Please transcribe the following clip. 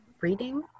reading